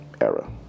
era